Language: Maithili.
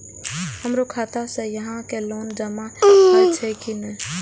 हमरो खाता से यहां के लोन जमा हे छे की ने?